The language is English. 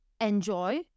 enjoy